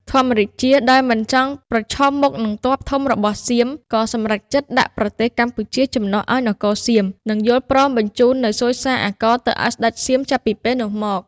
ធម្មរាជាដោយមិនចង់ប្រឈមមុខនិងទ័ពធំរបស់សៀម ក៏សម្រេចចិត្តដាក់ប្រទេសកម្ពុជាចំណុះឱ្យនគរសៀម និងយល់ព្រមបញ្ចូននូវសួយសារអាករទៅឱ្យស្ដេចសៀមចាប់ពីពេលនោះមក ។